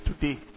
today